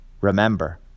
Remember